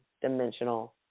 dimensional